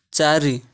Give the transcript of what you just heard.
ଚାରି